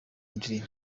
ndirimo